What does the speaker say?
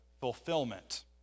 fulfillment